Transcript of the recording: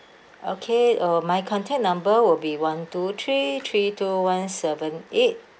okay uh my contact number will be one two three three two one seven eight